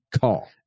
call